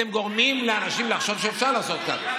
אתם גורמים לאנשים לחשוב שאפשר לעשות כך,